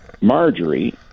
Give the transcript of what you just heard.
Marjorie